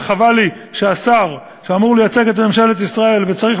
וחבל לי שהשר שאמור לייצג את ממשלת ישראל וצריך